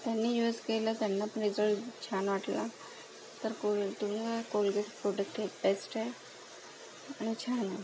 त्यांनी यूस केलं त्यांना पण रिजल्ट छान वाटला तर कोल तुम्ही कोलगेट प्रोटेक्ट टुथपेस्ट आहे आणि छान आहे